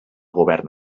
govern